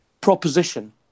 proposition